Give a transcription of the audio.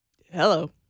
Hello